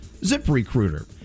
ZipRecruiter